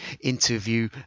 interview